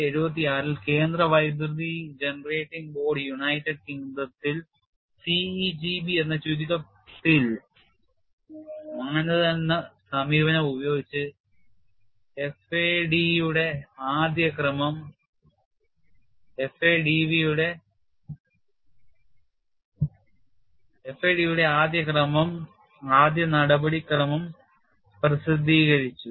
1976 ൽ കേന്ദ്ര വൈദ്യുതി ജനറേറ്റിംഗ് ബോർഡ് യുണൈറ്റഡ് കിംഗ്ഡത്തിൽ CEGB എന്ന് ചുരുക്കത്തിൽ മാനദണ്ഡ സമീപനം ഉപയോഗിച്ച് FADയുടെ ആദ്യ നടപടിക്രമം പ്രസിദ്ധീകരിച്ചു